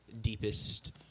deepest